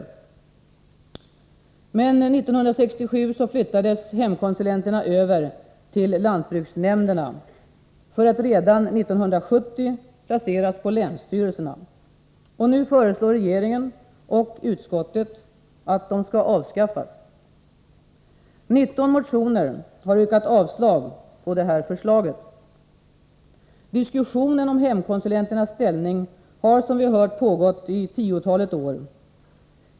År 1967 flyttades dock hemkonsulenterna över till lantbruksnämnderna för att redan 1970 placeras på länsstyrelserna. Nu föreslår regeringen och utskottet att de skall avskaffas. I 19 motioner har det yrkats avslag på detta förslag. Diskussionen om hemkonsulenternas ställning har som vi har hört pågått i tiotalet år.